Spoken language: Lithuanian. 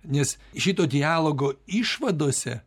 nes šito dialogo išvadose